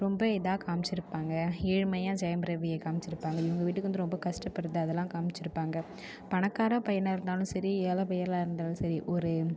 ரொம்ப இதாக காம்ச்சியிருப்பாங்க ஏழ்மையாக ஜெயம்ரவியை காம்ச்சியிருப்பாங்க இவங்க வீட்டுக்கு வந்து ரொம்ப கஷ்டப்பட்றது அதெல்லா காம்ச்சியிருப்பாங்க பணக்கார பையனாக இருந்தாலும் சரி ஏழை பயலாக இருந்தாலும் சரி ஒரு